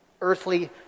earthly